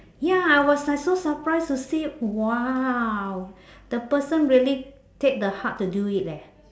ya I was like so surprised to see !wow! the person really take the heart to do it leh